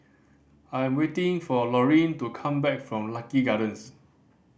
I am waiting for Laureen to come back from Lucky Gardens